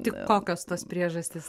tai kokios tos priežastys